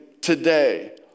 today